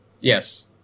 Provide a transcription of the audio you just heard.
Yes